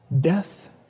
death